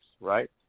right